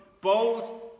Bold